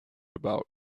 about